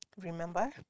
Remember